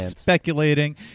Speculating